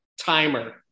Timer